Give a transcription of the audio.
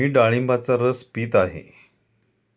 मी डाळिंबाचा रस पीत आहे